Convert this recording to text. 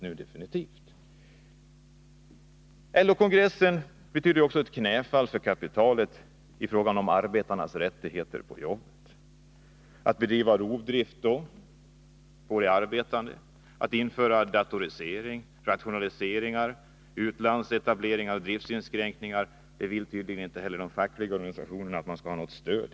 LO-kongressen betyder också ett knäfall för kapitalet i fråga om arbetarnas rättigheter på jobbet. Kapitalet kan bedriva rovdrift, man kan införa datorisering, göra rationaliseringar, utlandsetableringar och driftin skränkningar. Där vill tydligen inte heller de fackliga organisationerna ge arbetarna sitt stöd.